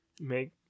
make